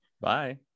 Bye